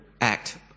act